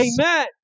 Amen